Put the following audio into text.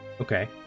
Okay